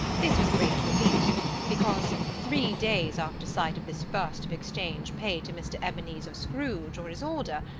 this was a great relief, because three days after sight of this first of exchange pay to mr. ebenezer scrooge or his order,